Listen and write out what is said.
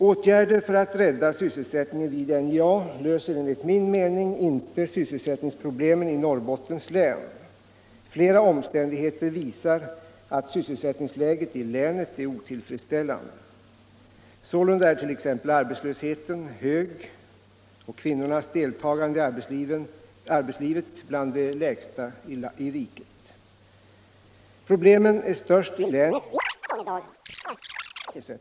Åtgärder för att rädda sysselsättningen vid NJA löser enligt min mening inte sysselsättningsproblemen i Norrbottens län. Flera omständigheter visar att sysselsättningsläget i länet är otillfredsställande. Sålunda ärt.ex. arbetslösheten hög och kvinnornas deltagande i arbetslivet bland de lägsta i riket. Problemen är störst i länets inre delar och i Tornedalen. De hittillsvarande regionalpolitiska insatserna har således endast i begränsad.